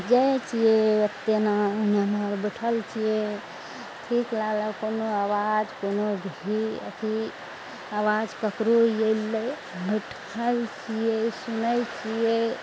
जाइ छियै एते ने बैठल छियै ठीक लागल कोनो आवाज कोनो भीड़ अथी आवाज ककरो अयलइ बैठल छियै सुनय छियै